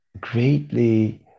greatly